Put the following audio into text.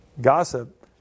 Gossip